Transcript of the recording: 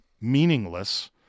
meaningless